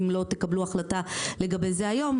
אם לא תקבלו החלטה לגבי זה היום,